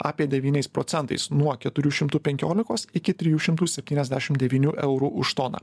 apie devyniais procentais nuo keturių šimtų penkiolikos iki trijų šimtų septyniasdešim devynių eurų už toną